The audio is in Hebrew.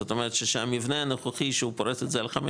זאת אומרת שהמבנה הנוכחי שהוא פורס את זה על חמש